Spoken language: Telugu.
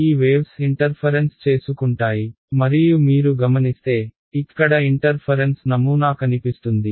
ఈ వేవ్స్ ఇంటర్ఫరెన్స్ చేసుకుంటాయి మరియు మీరు గమనిస్తే ఇక్కడ ఇంటర్ఫరెన్స్ నమూనా కనిపిస్తుంది